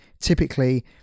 Typically